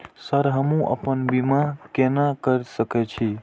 Sir हमू अपना बीमा केना कर सके छी?